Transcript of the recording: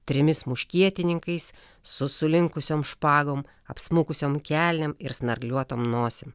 trimis muškietininkais su sulinkusiom špagom apsmukusiom kelnėm ir snargliuotom nosim